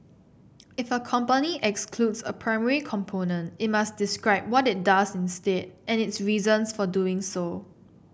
if a company excludes a primary component it must describe what it does instead and its reasons for doing so